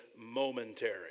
momentary